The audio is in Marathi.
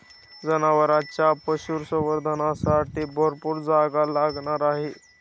जनावरांच्या पशुसंवर्धनासाठी भरपूर जागा लागणार आहे